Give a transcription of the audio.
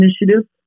initiative